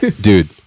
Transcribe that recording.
dude